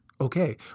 okay